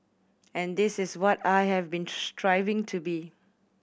and this is what I have been striving to be